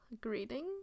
greeting